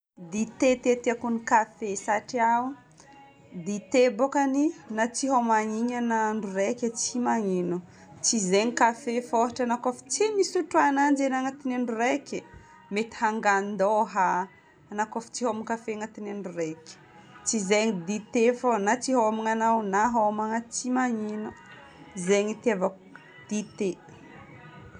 Dite ty tiako amin'ny kafe satria dite bokany na tsy homa an'igny aho na andro raika tsy manino. Tsy zegny kafe fa ôhatry enao kofa tsy misotro ananjy igny agnatin'ny andro raiky, mety hangan-doha, enao ko fa tsy homa kafe agnatin'ny andro raiky. Tsy izegny dite fô na tsy homagna anao na homagna, tsy maninogna. Izegny itiavako dite.